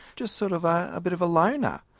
just sort of a bit of a loner.